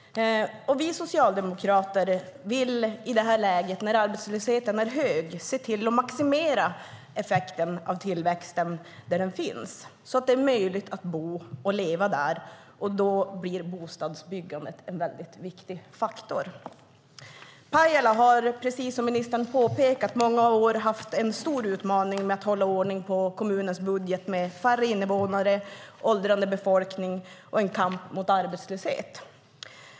Vi socialdemokrater vill i det här läget, när arbetslösheten är hög, se till att maximera effekten av tillväxten där den finns så att det blir möjligt att bo och leva där. Då blir bostadsbyggandet en väldigt viktig faktor. Pajala har, precis som ministern påpekar, under många år haft en stor utmaning att med färre invånare, åldrande befolkning och en kamp mot arbetslöshet hålla ordning på kommunens budget.